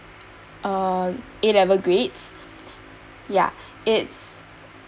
uh A level grades ya its